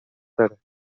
داره